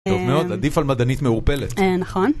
טוב מאוד, עדיף על מדענית מעורפלת. נכון.